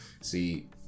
See